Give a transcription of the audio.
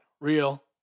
real